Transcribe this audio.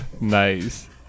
Nice